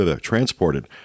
transported